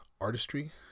artistry